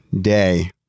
day